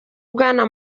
bwana